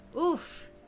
Oof